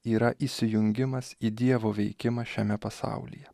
yra įsijungimas į dievo veikimą šiame pasaulyje